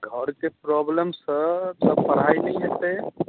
घरके प्रोबलमसँ तऽ पढ़ाइ नहि हेतै